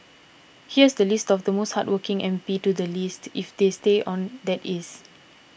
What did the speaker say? here's the list of the most hardworking M P to the least if they stay on that is